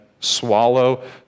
swallow